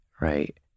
right